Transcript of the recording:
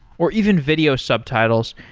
or even video subtitles,